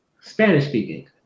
Spanish-speaking